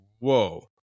whoa